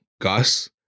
Gus